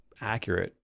accurate